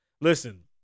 Listen